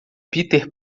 peter